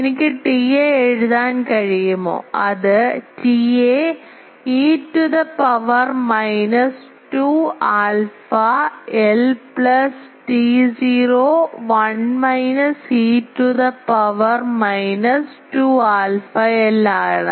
എനിക്ക് TA എഴുതാൻ കഴിയുമോ അത് TA e to the power minus 2 alpha l plus T0 1 minus e to the power minus 2 alpha l ആണ്